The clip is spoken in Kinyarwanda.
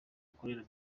akorera